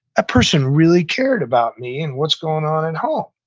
person really cared about me and what's going on at home.